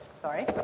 Sorry